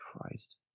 Christ